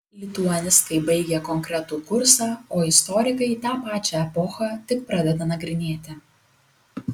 lituanistai baigia konkretų kursą o istorikai tą pačią epochą tik pradeda nagrinėti